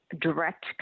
direct